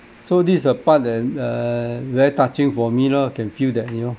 so this is the part that err very touching for me lor can feel that you know